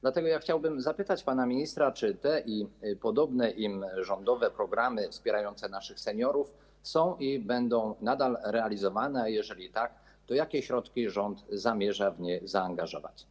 Dlatego chciałbym zapytać pana ministra, czy te i podobne im rządowe programy wspierające naszych seniorów są i będą nadal realizowane, a jeżeli tak, to jakie środki rząd zamierza w nie zaangażować.